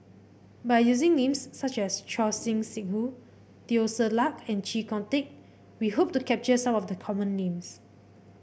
by using names such as Choor Singh Sidhu Teo Ser Luck and Chee Kong Tet we hope to capture some of the common names